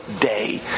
day